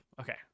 Okay